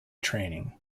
training